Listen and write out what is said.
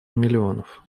миллионов